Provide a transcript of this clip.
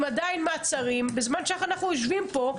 עדיין מעצרים בזמן שאנחנו יושבים פה.